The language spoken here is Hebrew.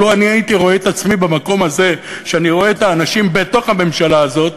אבל לו ראיתי את עצמי במקום הזה שאני רואה את האנשים בתוך הממשלה הזו,